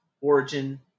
origin